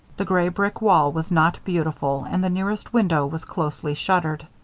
the gray brick wall was not beautiful and the nearest window was closely shuttered.